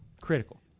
critical